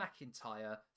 McIntyre